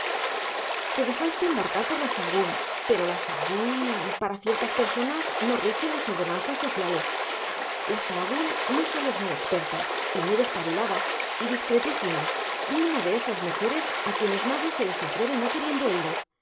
te dejaste embarcar por la sahagún pero la sahagún para ciertas personas no rigen las ordenanzas sociales la sahagún no sólo es muy experta y muy despabilada y discretísima y una de esas mujeres a quienes nadie se les atreve no queriendo ellas